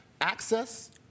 access